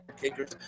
kickers